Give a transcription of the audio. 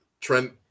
Trent